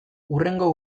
hurrengo